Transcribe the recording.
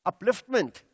upliftment